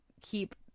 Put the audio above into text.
keep